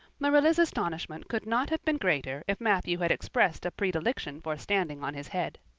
marilla's astonishment could not have been greater if matthew had expressed a predilection for standing on his head.